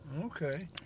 Okay